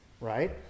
right